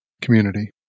community